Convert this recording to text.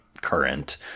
current